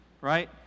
right